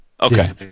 Okay